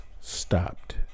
stopped